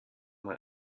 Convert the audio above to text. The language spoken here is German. man